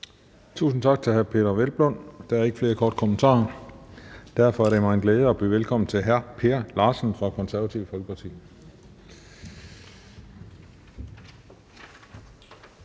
Tusind tak til hr. Peder Hvelplund. Der er ikke flere korte kommentarer, og derfor er det mig en glæde at byde velkommen til hr. Per Larsen fra Det Konservative Folkeparti.